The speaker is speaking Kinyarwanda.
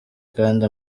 kandi